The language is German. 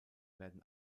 werden